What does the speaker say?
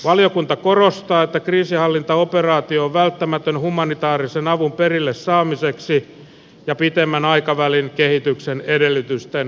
valiokunta korostaa että kriisinhallintaoperaatio on välttämätön humanitaarisen avun perille saamiseksi ja pitemmän aikavälin kehityksen edellytysten luomiseksi